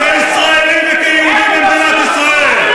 כישראלי וכיהודי במדינת ישראל.